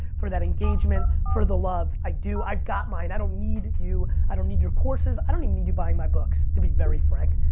for that engagement, for the love. i do. i got mine, i don't need you. i don't need your courses. i don't need need you buying my books to be very frank.